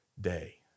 day